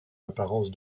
apparence